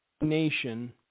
nation